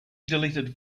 deleted